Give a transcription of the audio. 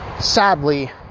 Sadly